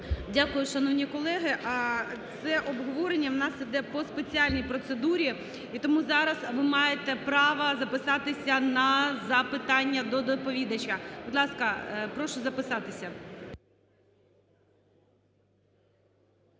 Дякую, шановні колеги. Це обговорення в нас йде по спеціальній процедурі. І тому зараз ви маєте право записатися на запитання до доповідача. Будь ласка, прошу записатися.